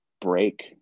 break